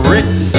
Ritz